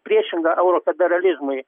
priešingą eurofederalizmui